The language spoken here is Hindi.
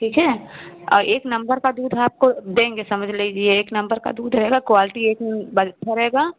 ठीक है और एक नम्बर का दूध आपको देंगे समझ लीजिए एक नम्बर का दूध रहेगा क्वालटी एकदम बढ़िया रहेगा